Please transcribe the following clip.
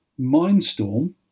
Mindstorm